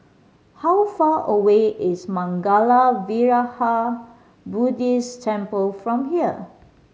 how far away is Mangala Vihara Buddhist Temple from here